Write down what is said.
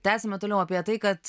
tęsiame toliau apie tai kad